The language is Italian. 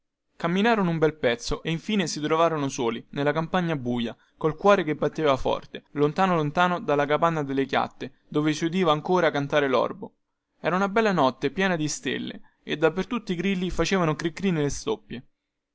camminarono un bel pezzo e infine si trovarono soli nella campagna buia col cuore che batteva forte lontano lontano dalla capanna delle chiatte dove si udiva ancora cantare lorbo era una bella notte piena di stelle e dappertutto i grilli facevano cri cri nelle stoppie